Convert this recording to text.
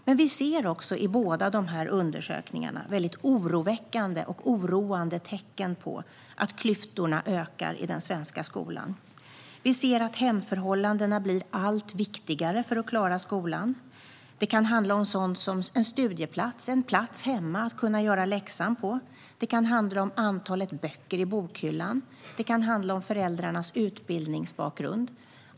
Men vi ser också i båda dessa undersökningar oroväckande tecken på att klyftorna i den svenska skolan ökar. Vi ser att hemförhållandena blir allt viktigare för att klara skolan. Det kan handla om att ha en plats därhemma att göra läxan på, om antalet böcker i bokhyllan och om föräldrarnas utbildningsbakgrund.